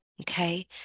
okay